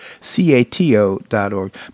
C-A-T-O.org